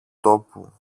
τόπου